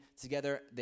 together